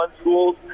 schools